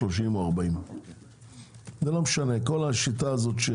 30 או 40. כל השיטה הזאת של